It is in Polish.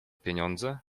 pieniądze